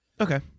Okay